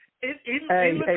Hey